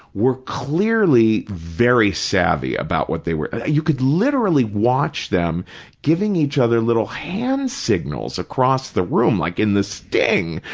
were clearly very savvy about what they were, you could literally watch them giving each other little hand signals across the room, like in the sting,